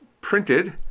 printed